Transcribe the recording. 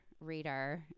radar